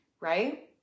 right